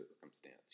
circumstance